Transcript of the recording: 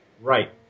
right